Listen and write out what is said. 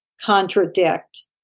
contradict